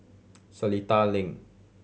Seletar Link